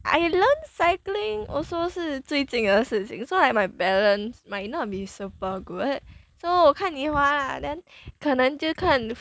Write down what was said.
I learn cycling also 是最近的事情 so like my balance might not be super good so 我看你滑 lah then 可能就看